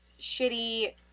shitty